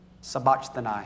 sabachthani